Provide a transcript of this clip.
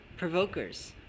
provokers